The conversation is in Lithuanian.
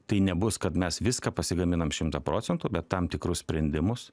tai nebus kad mes viską pasigaminam šimtą procentų bet tam tikrus sprendimus